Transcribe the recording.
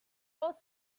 all